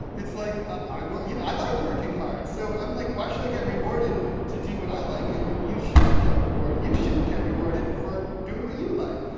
it's like, i want, you know, i like working hard. so i'm like, why should i get rewarded to do what i like, and you shouldn't get rewarded? you shouldn't get rewarded for doing what you like.